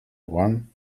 one